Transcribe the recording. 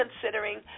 considering